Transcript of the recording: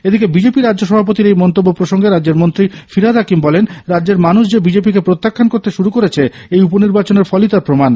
এদিকে বিজেপি রাজ্য সভাপতির এই মন্তব্য প্রসঙ্গে রাজ্যের মন্ত্রী ফিরহাদ হাকিম বলেন রাজ্যের মানুষ যে বিজেপিকে প্রত্যাখ্যান করতে শুরু করেছে এই উপ নির্বাচনের ফলই তার প্রমান